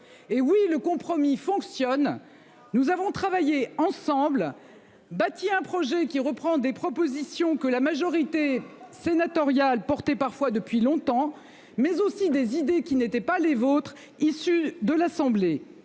Oui, le compromis fonctionne. Nous avons travaillé ensemble, bâti un projet qui reprend des propositions que la majorité sénatoriale prônait parfois depuis longtemps, mais aussi des idées qui n'étaient pas les vôtres, issues de l'Assemblée